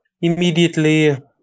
Immediately